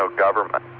ah government,